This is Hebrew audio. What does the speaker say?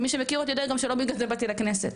ומי שמכיר אותי יודע שלא בגלל זה באתי לכנסת,